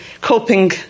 coping